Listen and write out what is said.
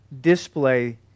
display